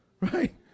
Right